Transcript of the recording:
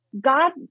God